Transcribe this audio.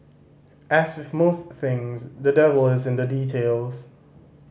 as with most things the devil is in the details